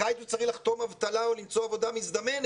בקיץ הוא צריך לחתום אבטלה או למצוא עבודה מזדמנת